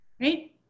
right